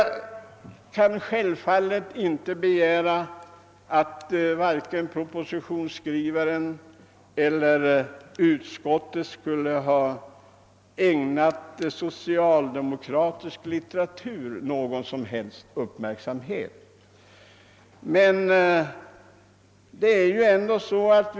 Jag kan självfallet inte begära att vare sig propositionsskrivaren eller utskottsledamöterna skulle ägna någon uppmärksamhet åt socialdemokratisk litteratur.